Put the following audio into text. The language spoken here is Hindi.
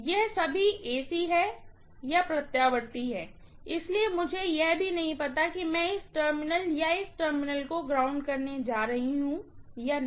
यह सभी AC है इसलिए मुझे यह भी नहीं पता है कि मैं इस टर्मिनल या इस टर्मिनल को ग्राउंड करने जा रही हूँ या नहीं